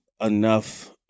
enough